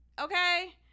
okay